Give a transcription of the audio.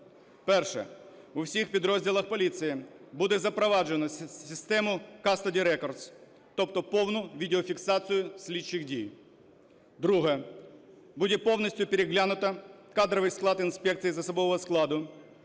перше. У всіх підрозділах поліції буде запроваджено систему Custody Records, тобто повну відеофіксацію слідчих дій. Друге. Буде повністю переглянуто кадровий склад інспекції з особового складу.